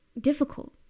difficult